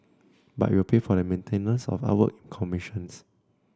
but it will pay for the maintenance of the artwork it commissions